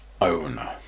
owner